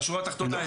בשורה התחתונה,